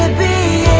and be